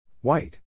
White